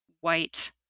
white